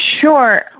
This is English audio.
Sure